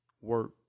work